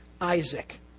Isaac